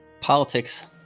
politics